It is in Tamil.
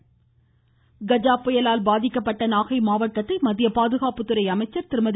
நிர்மலா சீதாராமன் கஜா புயலால் பாதிக்கப்பட்ட நாகை மாவட்டத்தை மத்திய பாதுகாப்புத்துறை அமைச்சர் திருமதி